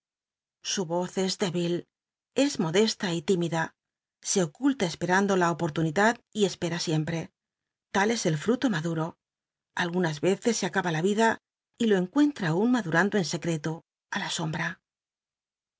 su voz es débil es modesta y tímida se oculta esperando la opor'lunidad y espera siempre tal es el fruto maduro algunas veces se acaba la vida y lo encuentra aun madurando en secreto á la sombra